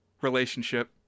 relationship